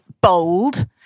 bold